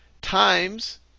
times